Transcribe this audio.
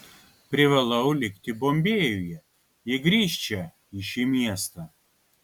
privalau likti bombėjuje ji grįš čia į šį miestą